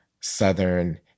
Southern